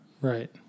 Right